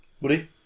Woody